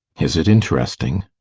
is it interesting?